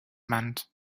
meant